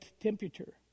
temperature